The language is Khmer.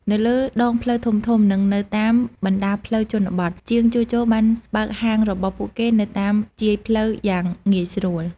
នៅលើដងផ្លូវធំៗ និងនៅតាមបណ្តាផ្លូវជនបទ ជាងជួសជុលបានបើកហាងរបស់ពួកគេនៅតាមជាយផ្លូវយ៉ាងងាយស្រួល។